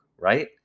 right